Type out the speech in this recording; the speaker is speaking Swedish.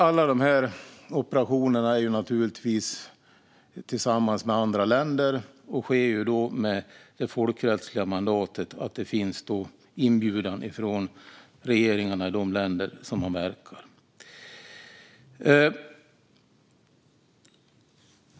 Alla dessa operationer sker tillsammans med andra länder och med det folkrättsliga mandatet att inbjudan finns från regeringarna i de länder man verkar i.